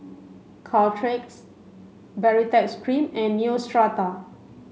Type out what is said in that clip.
Caltrate Baritex cream and Neostrata